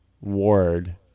ward